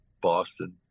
Boston